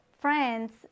friends